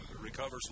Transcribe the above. recovers